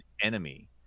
enemy